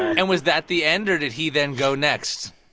and was that the end, or did he then go next?